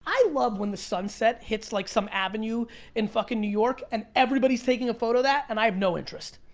i love when the sunset hits like some avenue in fucking new york and everybody's taking a photo of that and i have no interest.